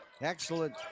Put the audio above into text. excellent